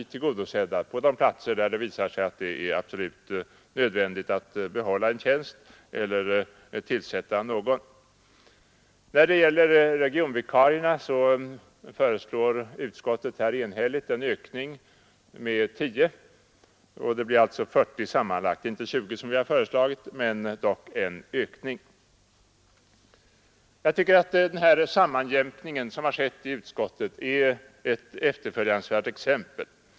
Det blir möjligt att på de platser där det visar sig vara absolut nödvändigt behålla en tjänst eller tillsätta någon. När det gäller regionvikarierna föreslår utskottet enhälligt en ökning med 10 — inte 20 som vi har föreslagit men dock en ökning. Det blir alltså 40 tjänster sammanlagt. Jag tycker att den sammanjämkning som skett i utskottet är ett efterföljansvärt exempel.